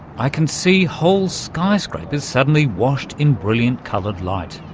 i can see whole skyscrapers suddenly washed in brilliant coloured light,